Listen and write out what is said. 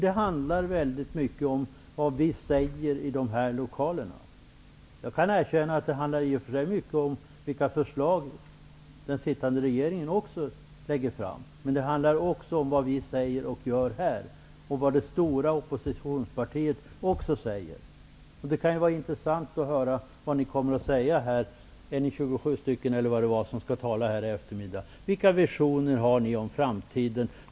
Det handlar mycket om vad vi säger i den här lokalen. Jag kan erkänna att det i och för sig handlar mycket om vilka förslag som den sittande regeringen lägger fram, men det handlar också om vad vi säger och gör här och om vad det stora oppositionspartiet säger. Det kan vara intressant att höra vad de 27 talare som kommer upp efter mig har att säga. Vilka visioner har ni om framtiden?